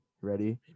ready